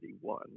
one